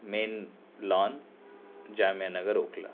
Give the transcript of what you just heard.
مین lawn Jamia Nagar Okhla